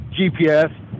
GPS